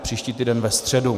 Příští týden ve středu.